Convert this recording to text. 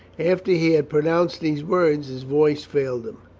after he had pronounced these words his voice failed him.